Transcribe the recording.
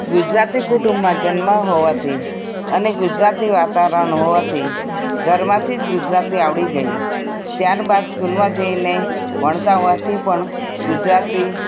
ગુજરાતી કુટુંબમાં જન્મ હોવાથી અને ગુજરાતી વાતાવરણ હોવાથી ઘરમાંથી જ ગુજરાતી આવડી ગયું ત્યારબાદ સ્કૂલમાં જઈને ભણતા હોવાથી પણ ગુજરાતી